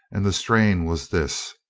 and the strain was this,